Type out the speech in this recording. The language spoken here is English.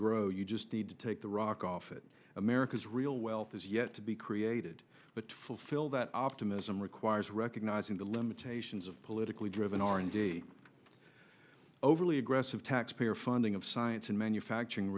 grow you just need to take the rock off it america's real wealth is yet to be created but fulfill that optimism requires recognizing the limitations of politically driven r and d overly aggressive taxpayer funding of science in manufacturing